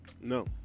No